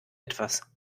etwas